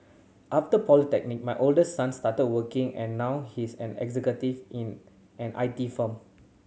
after polytechnic my oldest son started working and now he's an executive in an I T firm